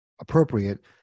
appropriate